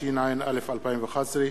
התשע"א 2011,